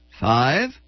five